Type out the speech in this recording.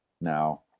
now